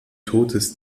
totes